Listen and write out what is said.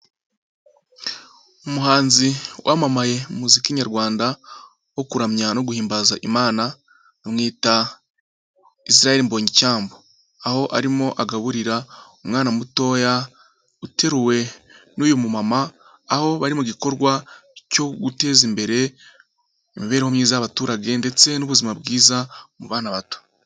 Umuhanzi wamamaye mu muziki Nyarwanda wo kuramya no guhimbaza Imana bamwita Israel Mbonyicyambu, aho arimo agaburira umwana mutoya uteruwe n'uyu mumama, aho bari mu gikorwa cyo guteza imbere imibereho myiza y'abaturage ndetse n'ubuzima bwiza mu bana bato.